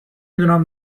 دونم